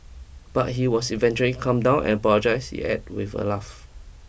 but he was eventually calm down and apologise she add with a laugh